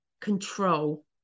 control